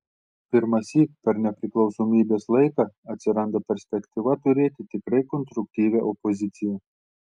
pirmąsyk per nepriklausomybės laiką atsiranda perspektyva turėti tikrai konstruktyvią opoziciją